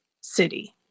city